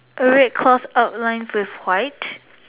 a red cross outline with white